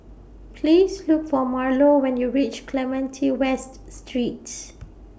Please Look For Marlo when YOU REACH Clementi West Streets